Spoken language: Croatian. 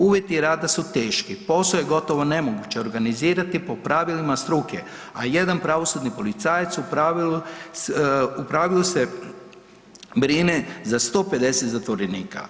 Uvjeti rada su teški, posao je gotovo nemoguće organizirati po pravilima struke, a jedan pravosudni policajac u pravilu se brine za 150 zatvorenika.